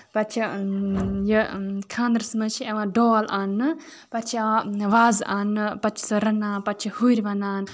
پَتہٕ چھِ یہِ خاندرس منٛز چھُ اِوان ڈول اَننہٕ پَتہٕ چھُ یِوان وازٕ اَننہٕ پَتہٕ چھُ سُہ رَنان پَتہٕ چھُ ہُرۍ وَنان